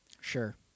Sure